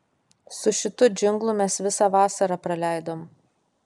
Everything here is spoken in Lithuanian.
su šitu džinglu mes visą vasarą praleidom